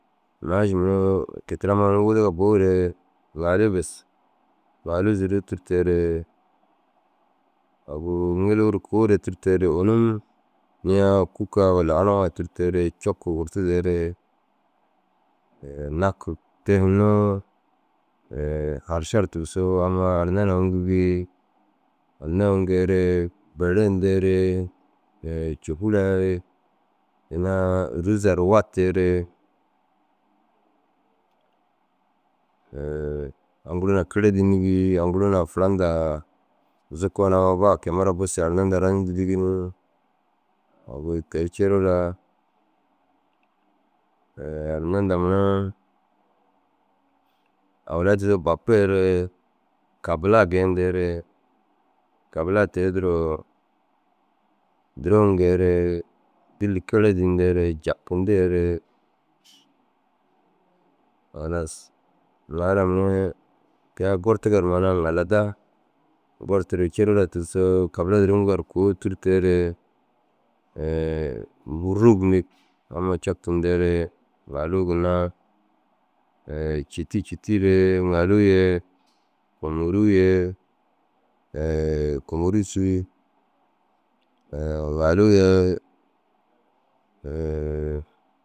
Maaši mere kôi te ru ammaa wuduga buu re ŋailuu bes. Ŋaili ziruu tûrtee re agu ŋiluu ru kuu re tûrteere ônum niya kûkaa walla aruwaa tûrteere copu gurtideere nakig. Te hinnoo haršar tigisoo ammaa arna na mûkugii. Arna ûŋgeere bereyindeere côfuraa ye ina ôruzaa ru wateere aŋ guru na kere dînigii aŋ guru na fura nda zukoo na amma ba kôima raa buseere arna hundaa rayindii dîdigi ni. Agu te ru cire raa arna hundaa mura awalai tigisoo bapuere kabulaa geeyindeere kabulaa te- u duro duro ûŋgee re dîlli kere dîndeere jakindeere. Halas ŋailaa mere halas ŋaila mere kôi ai gortigaa ru mainaa ŋaladaa gortire ru cire raa tigisoo kabuled duro ûŋgu ŋa ru kuu tûrteere « bûrrub » yindig amma captindeere ŋailuu ginna cîtii cîtiire ŋailuu ye kumoruu ye kumoruu ši ŋailuu ye.